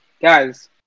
guys